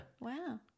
Wow